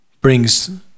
brings